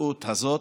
ההתבטאות הזאת,